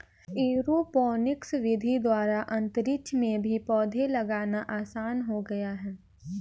aeroponics विधि द्वारा अंतरिक्ष में भी पौधे लगाना आसान हो गया है